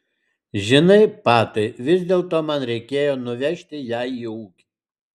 žinai patai vis dėlto man reikėjo nuvežti ją į ūkį